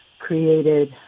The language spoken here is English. created